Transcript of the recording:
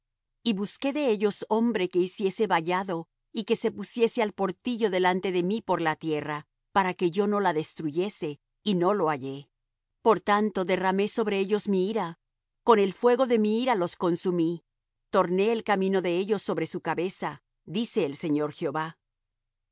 y busqué de ellos hombre que hiciese vallado y que se pusiese al portillo delante de mí por la tierra para que yo no la destruyese y no lo hallé por tanto derramé sobre ellos mi ira con el fuego de mi ira los consumí torné el camino de ellos sobre su cabeza dice el señor jehová y